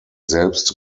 selbst